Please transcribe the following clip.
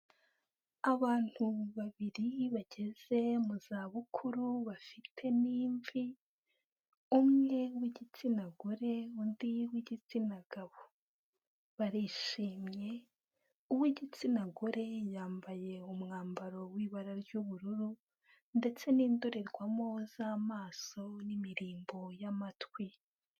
Abantu babiri, bageze mu zabukuru, bafite n'imvi, umwe w'igitsina gore undi w'igitsina gabo. Barishimye, uw'igitsina gore yambaye umwambaro w'ibara ry'ubururu, ndetse n'indorerwamo z'amaso, n'imirimbo y'amatwi.